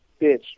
bitch